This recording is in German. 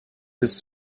ist